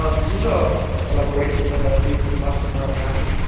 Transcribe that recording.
ah this is a collaboration that i did with master murakami,